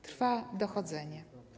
Trwa dochodzenie.